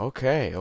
Okay